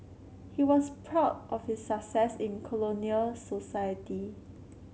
he was proud of his success in colonial society